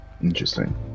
interesting